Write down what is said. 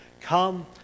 come